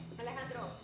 Alejandro